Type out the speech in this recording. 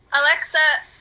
Alexa